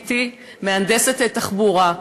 בתי מהנדסת תחבורה,